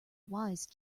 wise